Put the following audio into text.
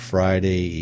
Friday